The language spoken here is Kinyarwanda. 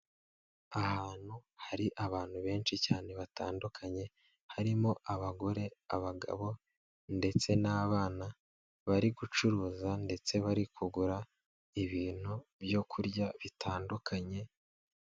Ahantu hari abantu benshi cyane batandukanye harimo abagore, abagabo ndetse n'abana bari gucuruza ndetse bari kugura ibintu byo kurya bitandukanye.